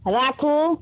राखू